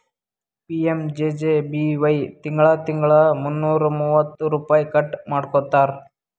PMJJBY ತಿಂಗಳಾ ತಿಂಗಳಾ ಮುನ್ನೂರಾ ಮೂವತ್ತ ರುಪೈ ಕಟ್ ಮಾಡ್ಕೋತಾರ್